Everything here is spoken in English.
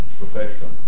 profession